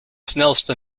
snelste